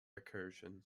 recursion